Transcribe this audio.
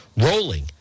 rolling